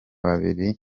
babiri